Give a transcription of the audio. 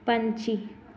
ਪੰਛੀ